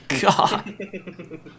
God